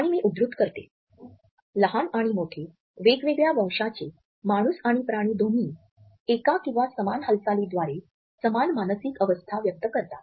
आणि मी उद्धृत करते लहान आणि मोठे वेगवेगळ्या वंशाचे माणूस आणि प्राणी दोन्ही एका किंवा समान हालचालींद्वारे समान मानसिक अवस्था व्यक्त करतात